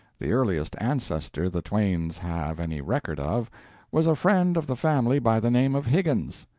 the earliest ancestor the twains have any record of was a friend of the family by the name of higgins.